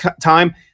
time